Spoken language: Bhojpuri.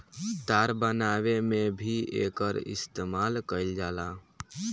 तार बनावे में भी एकर इस्तमाल कईल जाला